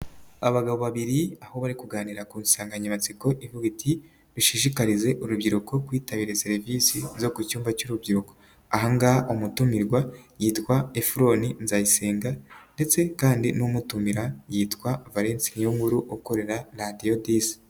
Abagabo babiri aho bari kuganira ku nsanganyamatsiko ivuga iti "bishishikarize urubyiruko kwitabira serivisi zo ku cyumba cy'urubyiruko." Aha ngaha umutumirwa yitwa Ephron Nzayisenga, ndetse kandi n'umutumira yitwa Valens Niyonkuru ukorera Radio dix.